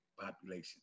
population